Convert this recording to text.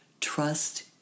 Trust